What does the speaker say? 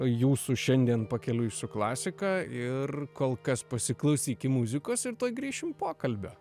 jūsų šiandien pakeliui su klasika ir kol kas pasiklausykim muzikos ir tuoj grįšim pokalbio